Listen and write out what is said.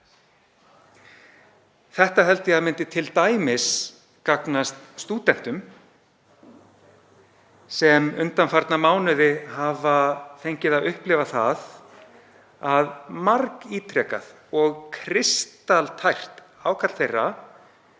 Þetta held ég að myndi t.d. gagnast stúdentum sem undanfarna mánuði hafa fengið að upplifa það að margítrekað og kristaltært ákall þeirra